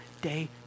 day